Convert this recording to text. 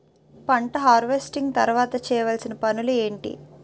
పంట హార్వెస్టింగ్ తర్వాత చేయవలసిన పనులు ఏంటి?